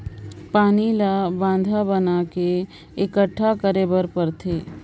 पानी ल बांधा बना के एकटठा करे बर परथे